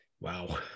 Wow